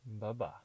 Bye-bye